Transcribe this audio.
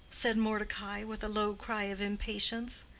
said mordecai, with a low cry of impatience.